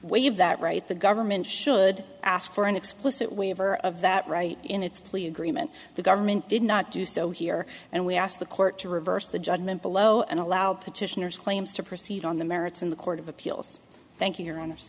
waive that right the government should ask for an explicit waiver of that right in its plea agreement the government did not do so here and we asked the court to reverse the judgment below and allow petitioners claims to proceed on the merits in the court of appeals thank you your honor